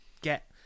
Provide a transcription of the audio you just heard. get